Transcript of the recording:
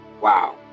wow